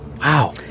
Wow